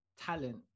talent